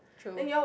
true